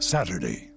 Saturday